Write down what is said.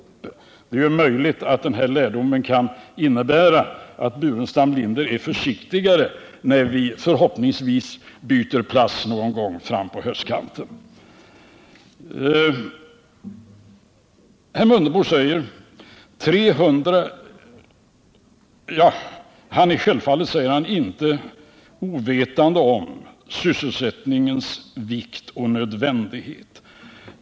Det är möjligt att den här lärdomen kan innebära att Staffan Burenstam Linder är försiktigare när socialdemokratin förhoppningsvis kommer i regeringsställning någon gång fram på höstkanten. Herr Mundebo säger att han självfallet inte är ovetande om sysselsättningens vikt och nödvändighet.